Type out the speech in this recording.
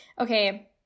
Okay